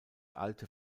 alte